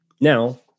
Now